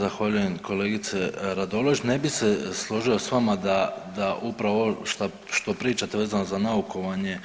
Zahvaljujem kolegice Radolović, ne bi se složio s vama da, da upravo ovo šta, što pričate vezano za naukovanje